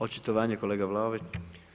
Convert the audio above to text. Očitovanje kolega Vlaović.